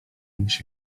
niż